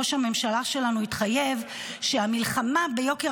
ראש הממשלה שלנו התחייב שהמלחמה ביוקר